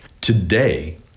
Today